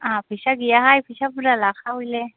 आंहा फैसा गैयाहाय फैसा बुरजा लाखा हयले